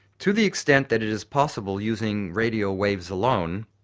to the extent that it is possible using radio waves alone,